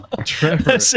Trevor